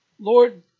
Lord